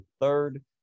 third